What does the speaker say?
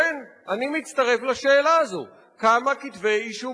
כן, אני מצטרף לשאלה הזאת: כמה כתבי אישום הוגשו?